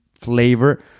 flavor